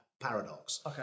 paradox